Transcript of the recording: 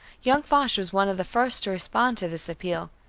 young foch was one of the first to respond to this appeal.